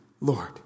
Lord